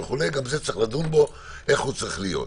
גם בזה צריך לדון איך הוא צריך להיות.